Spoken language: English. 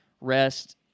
rest